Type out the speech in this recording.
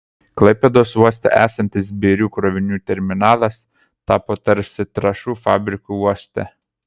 klaipėdos uoste esantis birių krovinių terminalas tapo tarsi trąšų fabriku uoste